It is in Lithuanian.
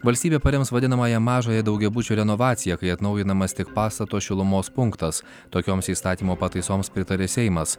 valstybė parems vadinamąją mažąją daugiabučių renovaciją kai atnaujinamas tik pastato šilumos punktas tokioms įstatymo pataisoms pritarė seimas